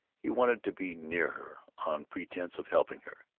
he wanted to be near her, on pretense of helping her,